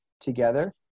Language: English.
together